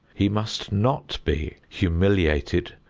he must not be humiliated,